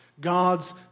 God's